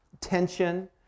tension